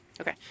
Okay